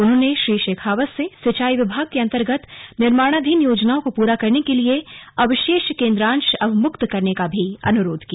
उन्होंने श्री शेखावत से सिंचाई विभाग के अंतर्गत निर्माणाधीन योजनाओं को पूरा करने के लिए अवशेष केन्द्रांश अवमुक्त करने का भी अनुरोध किया